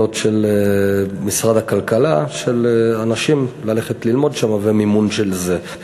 של משרד הכלכלה של אנשים ללכת ללמוד שם ומימון של זה.